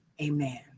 Amen